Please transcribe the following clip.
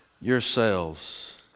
yourselves